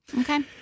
Okay